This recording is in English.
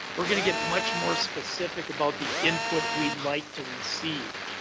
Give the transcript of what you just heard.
we're gonna get much more specific about the input we'd like to receive.